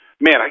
Man